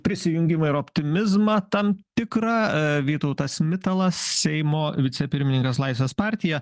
prisijungimą ir optimizmą tam tikrą vytautas mitalas seimo vicepirmininkas laisvės partija